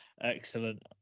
Excellent